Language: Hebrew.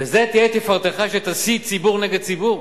בזה תהיה תפארתך, שתסית ציבור נגד ציבור?